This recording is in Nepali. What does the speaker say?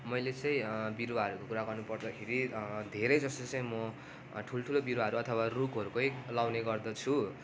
मैले चाहिँ बिरुवाहरूको कुरा गर्नुपर्दाखेरि धेरै जसो चाहिँ म ठुलठुलो बिरुवाहरू अथवा रुखहरूकै लाउने गर्दछु